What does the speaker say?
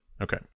Okay